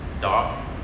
dark